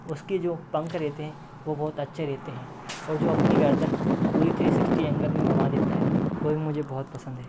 उसके जो पंख रहते हें वो बहुत अच्छे रहते हें और जो अपनी गर्दन पूरी थ्री सिक्स्टी ऐंगल में घुमा देता है वो भी मुझे बहुत पसंद हैं